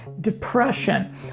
depression